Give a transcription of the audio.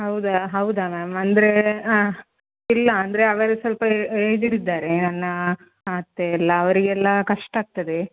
ಹೌದಾ ಹೌದಾ ಮ್ಯಾಮ್ ಅಂದರೆ ಇಲ್ಲ ಅಂದರೆ ಅವರು ಸ್ವಲ್ಪ ಏಜ್ಡ್ ಇದ್ದಾರೆ ನನ್ನ ಅತ್ತೆಯೆಲ್ಲ ಅವರಿಗೆಲ್ಲ ಕಷ್ಟ ಆಗ್ತದೆ